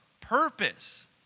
purpose